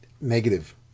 negative